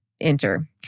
enter